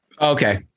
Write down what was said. Okay